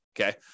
Okay